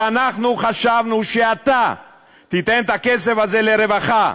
אנחנו חשבנו שאתה תיתן את הכסף הזה לרווחה,